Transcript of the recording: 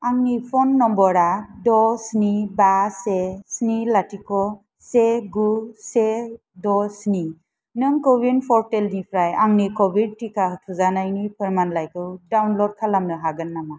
आंनि फ'न नम्बरआ द' स्नि बा से स्नि लाथिख' से गु से द' स्नि नों कविन प'र्टेलनिफ्राय आंनि कभिड टिका थुजानायनि फोरमानलाइखौ डाउनल'ड खालामनो हागोन नामा